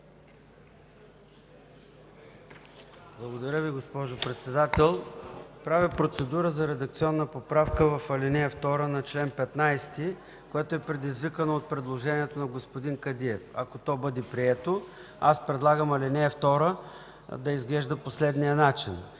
Благодаря Ви, госпожо Председател. Правя процедура за редакционна поправка в ал. 2 на чл. 15, която е предизвикана от предложението на господин Кадиев. Ако то бъде прието, аз предлагам ал. 2 да изглежда по следния начин: